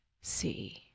see